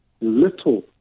little